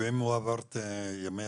ואם הוא עבר את ימי